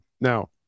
Now